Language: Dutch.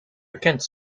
bekend